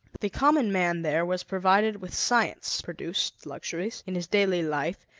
the common man there was provided with science-produced luxuries, in his daily life,